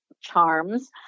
charms